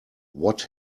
what